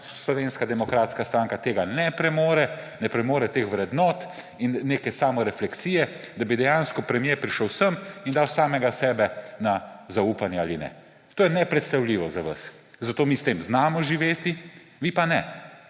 Slovenska demokratska stranka tega ne premore, ne premore teh vrednot in neke samorefleksije, da bi dejansko premier prišel sem in dal samega sebe na zaupanje ali ne. To je nepredstavljivo za vas. Zato mi s tem znamo živeti, vi pa ne,